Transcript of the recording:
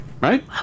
Right